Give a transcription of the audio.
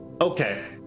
Okay